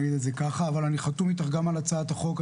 אבל אני חתום איתך גם על הצעת החוק.